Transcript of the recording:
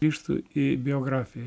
grįžtu į biografiją